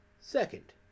Second